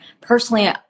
Personally